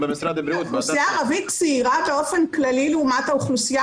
האוכלוסייה הערבית צעירה באופן כללי לעומת האוכלוסייה